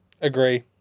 Agree